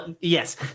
yes